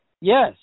Yes